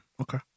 Okay